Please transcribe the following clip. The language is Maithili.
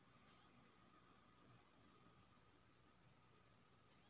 यु.पी.आई ना यूज करवाएं सर मोबाइल से कर सके सर?